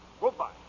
Goodbye